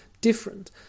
different